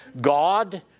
God